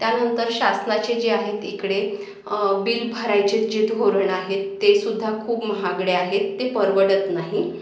त्यानंतर शासनाचे जे आहेत इकडे बिल भरायचे जे धोरण आहे ते सुद्धा खूप महागडे आहे ते परवडत नाही